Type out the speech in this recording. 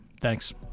thanks